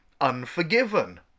Unforgiven